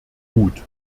gut